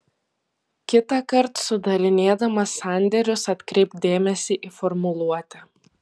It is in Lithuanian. kitąkart sudarinėdamas sandėrius atkreipk dėmesį į formuluotę